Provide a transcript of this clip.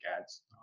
ads